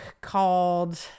called